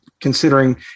considering